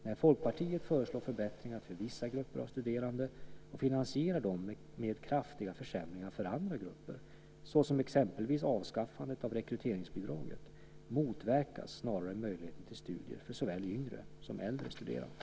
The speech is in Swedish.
När Folkpartiet föreslår förbättringar för vissa grupper av studerande och finansierar dem med kraftiga försämringar för andra grupper, såsom exempelvis avskaffande av rekryteringsbidraget, motverkas snarare möjligheten till studier för såväl yngre som äldre studerande.